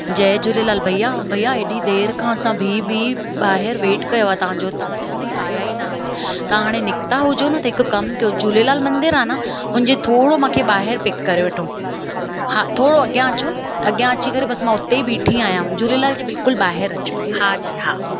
जय झूलेलाल भइया भइया हेॾी देरि खां असां बीह बीह ॿाहिरि वेट कयो आहे तव्हांजो अञा ताईं आया ई न आहियो तव्हां हाणे निकिता हुजो न त हिकु कमु कयो झूलेलाल मंदिर आहे न उनजे थोरो मूंखे ॿाहिरि पिक करे वठो हा थोरो अॻियां अचो अॻियां अची करे मां बसि मां उते ई बीठी आहियां झूलेलाल जे बिल्कुलु ॿाहिरि अचो हा जी हा